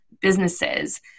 businesses